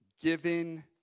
Giving